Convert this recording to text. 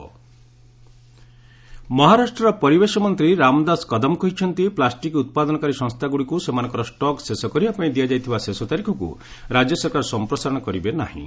ମହା ପ୍ଲାଷ୍ଟିକ୍ ମହାରାଷ୍ଟ୍ରର ପରିବେଶ ମନ୍ତ୍ରୀ ରାମଦାସ କଦମ୍ କହିଛନ୍ତି ପ୍ଲାଷ୍ଟିକ୍ ଉତ୍ପାଦନକାରୀ ସଂସ୍ଥାଗୁଡ଼ିକୁ ସେମାନଙ୍କର ଷ୍ଟକ୍ ଶେଷ କରିବା ପାଇଁ ଦିଆଯାଇଥିବା ଶେଷ ତାରିଖକୁ ରାଜ୍ୟ ସରକାର ସମ୍ପ୍ରସାରଣ କରିବେ ନାହିଁ